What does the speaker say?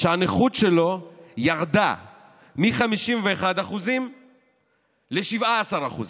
שהנכות שלו ירדה מ-51% ל-17%.